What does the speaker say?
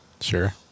Sure